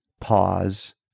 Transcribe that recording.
pause